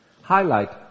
highlight